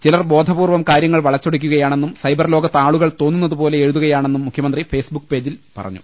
ചിലർ ബോധപൂർവം കാര്യങ്ങൾ വളച്ചൊടിക്കുകയാണെന്നും സൈബർലോകത്ത് ആളുകൾ തോന്നുന്നതുപോലെ എഴുതുകയാണെന്നും മുഖ്യമന്ത്രി ഫെയ്സ്ബുക്ക് പോസ്റ്റിൽ പറഞ്ഞു